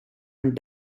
and